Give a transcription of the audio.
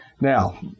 Now